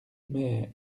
mais